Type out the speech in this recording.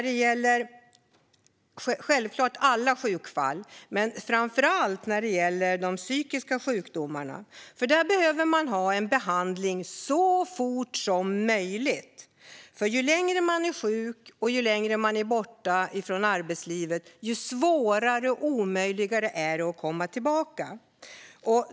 Det gäller självklart alla sjukfall men framför allt de psykiska sjukdomarna. Där behöver man ha en behandling så fort som möjligt, för ju längre man är sjuk och ju längre man är borta från arbetslivet, desto svårare är det att komma tillbaka.